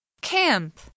Camp